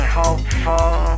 hopeful